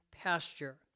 pasture